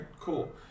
cool